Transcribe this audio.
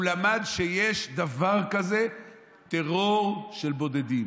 הוא למד שיש דבר כזה טרור של בודדים.